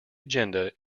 agenda